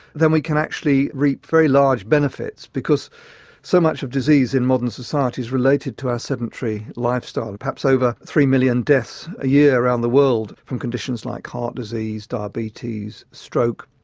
then we can actually reap very large benefits, because so much of disease in modern society is related to our sedentary lifestyle. perhaps over three million deaths a year around the world from conditions like heart disease, diabetes, stroke,